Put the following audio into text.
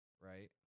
right